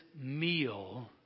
meal